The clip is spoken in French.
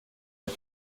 mes